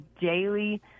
daily